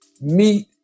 meet